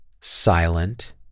silent